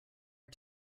are